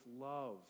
love